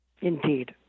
Indeed